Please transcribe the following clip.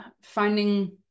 finding